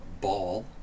Ball